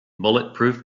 bulletproof